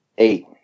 Eight